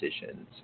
decisions